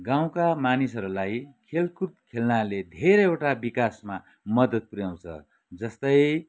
गाउँका मानिसहरूलाई खेलकुद खेल्नाले धेरैवटा बिकासमा मद्दत पुऱ्याउँछ जस्तै